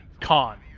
con